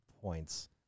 points